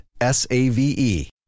S-A-V-E